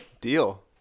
deal